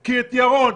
כי לירון,